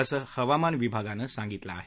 असं हवामान विभागानं सांगितलं आहे